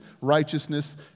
righteousness